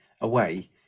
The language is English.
Away